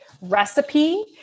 recipe